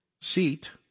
seat